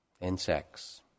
insects